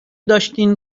داشتین